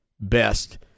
best